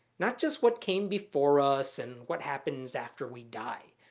not just what came before us, and what happens after we die.